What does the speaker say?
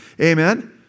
Amen